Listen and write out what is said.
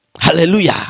Hallelujah